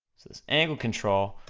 so this angle control,